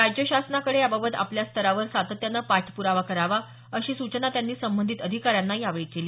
राज्य शासनाकडे याबाबत आपल्या स्तरावर सातत्यानं पाठपुरावा करावा अशी सूचना त्यांनी संबंधित अधिकाऱ्यांना यावेळी केली